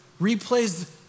replays